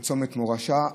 בצומת מורשה,